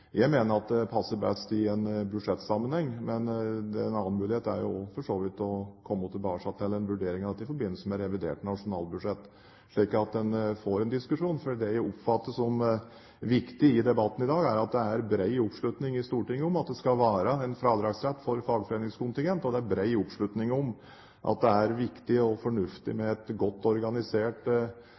Jeg mener at det passer best i budsjettsammenheng, men en annen mulighet er jo å komme tilbake til en vurdering i forbindelse med revidert nasjonalbudsjett, slik at en får en diskusjon. Det jeg oppfatter som viktig i debatten i dag, er at det er bred oppslutning i Stortinget om at det skal være fradragsrett for fagforeningskontingent. Og det er bred oppslutning om at det er viktig og fornuftig med et godt organisert